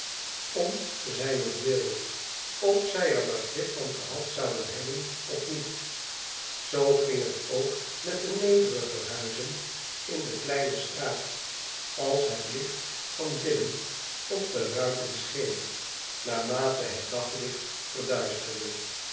om zijnentwil of zij er begrip van gehad zouden hebben of niet zoo ging het ook met de nederiger huizen in de kleine straat als het licht van binnen op de ruiten scheen naarmate het daglicht verduisterde